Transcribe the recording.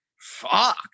Fuck